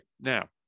now